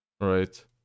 right